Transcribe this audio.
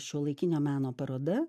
šiuolaikinio meno paroda